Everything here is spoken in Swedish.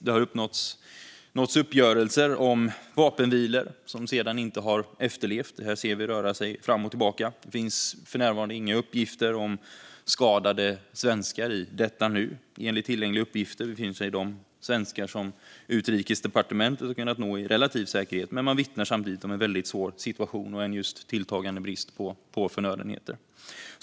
Det har uppnåtts uppgörelser om vapenvilor, som sedan inte efterlevts. Vi ser det röra sig fram och tillbaka. Det finns för närvarande inga uppgifter om skadade svenskar. Enligt tillgängliga uppgifter befinner sig de svenskar som Utrikesdepartementet har kunnat nå i relativ säkerhet, men man vittnar samtidigt om en väldigt svår situation och just tilltagande brist på förnödenheter.